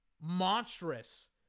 monstrous